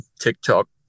tiktok